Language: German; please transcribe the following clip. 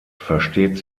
versteht